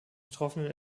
betroffenen